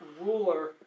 ruler